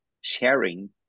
sharing